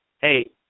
hey